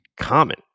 Common